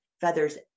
feathers